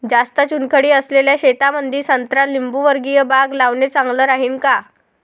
जास्त चुनखडी असलेल्या शेतामंदी संत्रा लिंबूवर्गीय बाग लावणे चांगलं राहिन का?